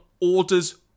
orders